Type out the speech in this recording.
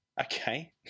Okay